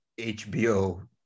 HBO